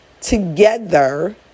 together